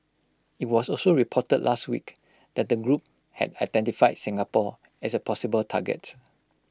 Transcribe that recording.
IT was also reported last week that the group had identified Singapore as A possible target